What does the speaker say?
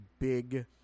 big